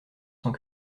sans